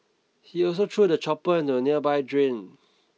he also threw the chopper into a nearby drain